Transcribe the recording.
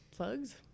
plugs